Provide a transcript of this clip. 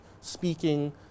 speaking